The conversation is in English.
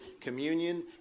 communion